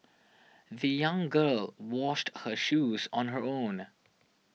the young girl washed her shoes on her own